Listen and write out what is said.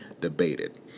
debated